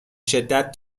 شدت